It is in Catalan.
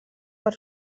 per